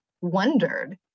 wondered